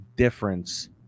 difference